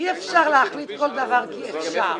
אי אפשר להחליט כל דבר כי אפשר,